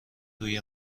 روی